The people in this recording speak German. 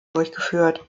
durchgeführt